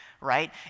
right